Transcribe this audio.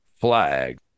flag